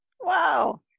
Wow